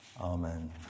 Amen